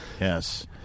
Yes